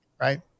right